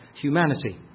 humanity